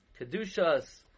kedushas